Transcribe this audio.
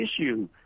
issue